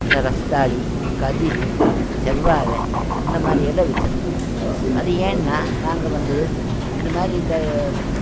இந்த ரஸ்தாளி கதிலி செவ்வாழை இந்த மாதிரி எல்லாம் வச்சிருக்கறோம் அது ஏன்னா நாங்கள் வந்து இந்தமாதிரி இந்த